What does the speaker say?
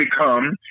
become